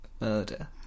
murder